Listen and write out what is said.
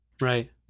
Right